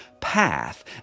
path